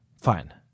fine